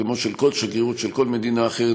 כמו כל שגרירות של כל מדינה אחרת,